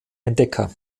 entdecker